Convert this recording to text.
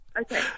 Okay